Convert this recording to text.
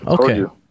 Okay